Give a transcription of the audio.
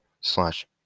slash